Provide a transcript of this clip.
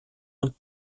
und